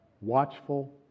watchful